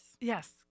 yes